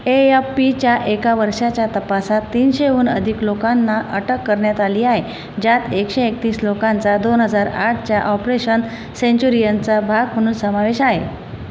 ए F पीच्या एका वर्षाच्या तपासात तीनशेहून अधिक लोकांना अटक करण्यात आली आहे ज्यात एकशे एकतीस लोकांचा दोन हजार आठच्या ऑपरेशन सेंच्युरियनचा भाग म्हणून समावेश आहे